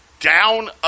down